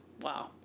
wow